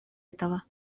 этого